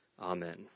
Amen